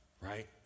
right